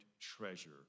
treasure